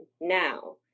Now